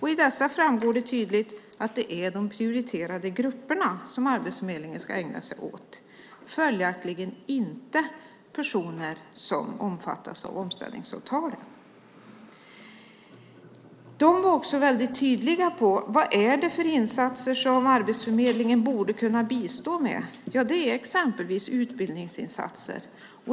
I dessa framgår det tydligt att det är de prioriterade grupperna som Arbetsförmedlingen ska ägna sig åt, och följaktligen inte åt personer som omfattas av omställningsavtalen. De var också väldigt tydliga med vilka insatser Arbetsförmedlingen borde kunna bistå med. Det är exempelvis utbildningsinsatser.